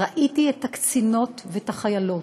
ראיתי את הקצינות ואת החיילות,